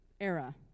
Era